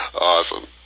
Awesome